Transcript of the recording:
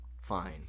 fine